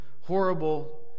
horrible